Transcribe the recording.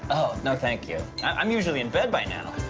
oh, no, thank you. i-i'm usually in bed by now.